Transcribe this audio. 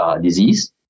disease